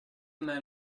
men